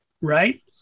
Right